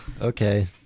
okay